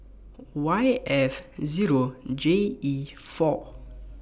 Y F Zero J E four